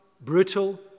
brutal